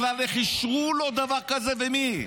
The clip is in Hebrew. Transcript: בכלל איך אישרו לו דבר כזה ומי?